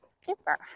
Super